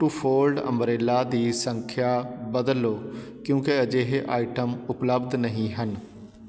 to fold umbrella ਦੀ ਸੰਖਿਆ ਬਦਲ ਲਉ ਕਿਉਂਕਿ ਅਜੇ ਇਹ ਆਈਟਮ ਉਪਲਬਧ ਨਹੀਂ ਹਨ